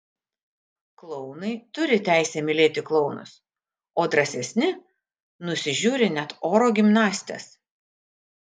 klounai turi teisę mylėti klounus o drąsesni nusižiūri net oro gimnastes